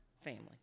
family